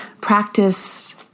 practice